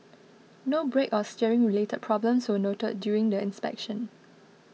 no brake or steering related problems were noted during the inspection